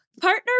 partner